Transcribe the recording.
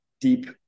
deep